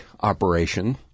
operation